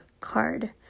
card